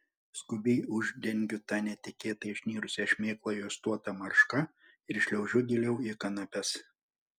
skubiai uždengiu tą netikėtai išnirusią šmėklą juostuota marška ir šliaužiu giliau į kanapes